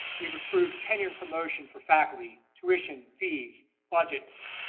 we've approved tenure promotion for faculty, tuition, fees, budgets,